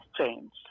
changed